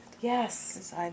Yes